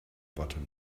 bottom